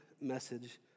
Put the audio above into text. message